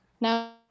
Now